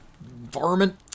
varmint